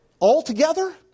altogether